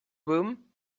room